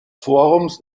forums